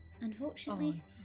Unfortunately